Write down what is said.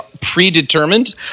predetermined